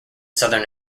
southern